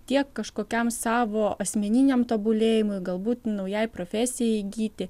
tiek kažkokiam savo asmeniniam tobulėjimui galbūt naujai profesijai įgyti